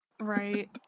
Right